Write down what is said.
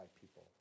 people